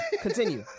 Continue